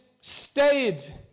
stayed